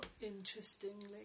interestingly